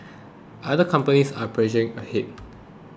other companies are pressing ahead